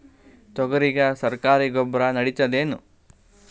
ತೊಗರಿಗ ಸರಕಾರಿ ಗೊಬ್ಬರ ನಡಿತೈದೇನು?